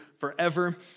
forever